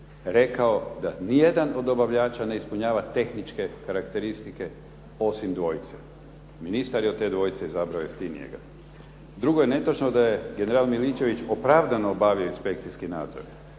rekao da nijedan od dobavljača ne ispunjava tehničke karakteristike osim dvojice. Ministar od te dvojice izbrao ... /Govornik se ne razumije./ ... Drugo je netočno da je general Miličević opravdano obavio inspekcijski nadzor.